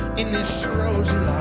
in this rosy